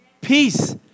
Peace